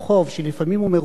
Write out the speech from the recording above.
שלפעמים הוא מרוחק,